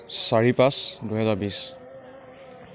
চাৰি পাঁচ দুহেজাৰ বিছ